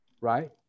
Right